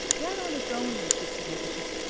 that on its own makes it significant.